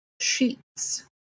sheets